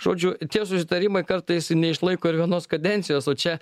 žodžiu tie susitarimai kartais neišlaiko ir vienos kadencijos o čia